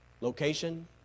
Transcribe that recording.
location